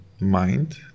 mind